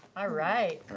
alright.